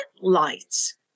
lights